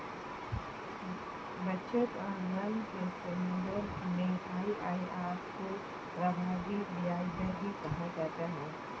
बचत और ऋण के सन्दर्भ में आई.आई.आर को प्रभावी ब्याज दर भी कहा जाता है